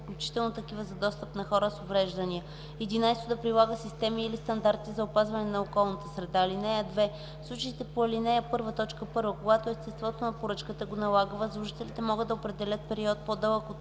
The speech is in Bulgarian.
включително такива за достъп на хора с увреждания; 11. да прилага системи или стандарти за опазване на околната среда. (2) В случаите по ал. 1, т. 1, когато естеството на поръчката го налага, възложителите могат да определят период, по-дълъг от